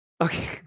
Okay